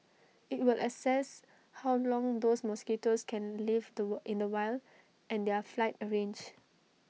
IT will assess how long those mosquitoes can live the in the wild and their flight range